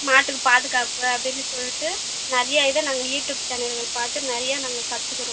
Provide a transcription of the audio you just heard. மாட்டுக்கு பாதுகாப்பு அப்படின்னு சொல்லிட்டு நிறைய இது நாங்கள் யூடியூப் சேனல்கள் பார்த்து நிறைய நாங்கள் கற்றுக்குறோம்